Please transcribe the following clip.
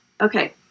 Okay